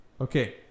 Okay